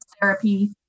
therapy